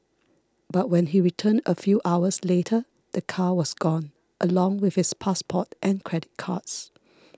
but when he returned a few hours later the car was gone along with his passport and credit cards